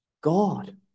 God